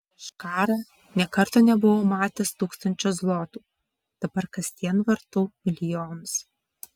prieš karą nė karto nebuvau matęs tūkstančio zlotų dabar kasdien vartau milijonus